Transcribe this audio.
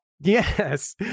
Yes